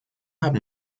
haben